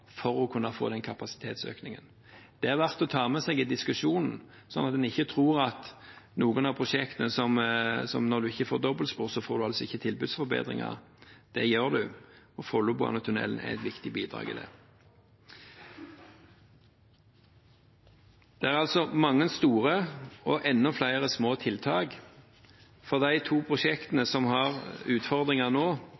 for å kunne få den kapasitetsøkningen. Det er det verdt å ta med seg i diskusjonen, sånn at en ikke tror at når en ikke får dobbeltspor, får en altså ikke tilbudsforbedringer. Det gjør en. Follobanetunnelen er et viktig bidrag i dette. Det er altså mange store og enda flere små tiltak. De to prosjektene